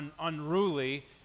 Unruly